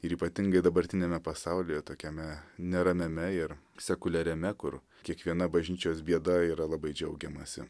ir ypatingai dabartiniame pasaulyje tokiame neramiame ir sekuliariame kur kiekviena bažnyčios bėda yra labai džiaugiamasi